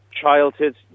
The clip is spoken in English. childhood